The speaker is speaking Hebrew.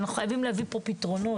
אנחנו חייבים להביא פה פתרונות.